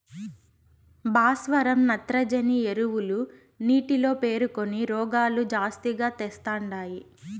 భాస్వరం నత్రజని ఎరువులు నీటిలో పేరుకొని రోగాలు జాస్తిగా తెస్తండాయి